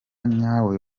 nyawe